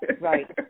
Right